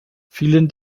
vielen